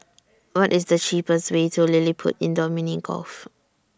What IS The cheapest Way to LilliPutt Indoor Mini Golf